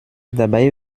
dabei